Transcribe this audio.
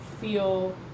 feel